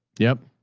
yep.